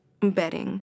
bedding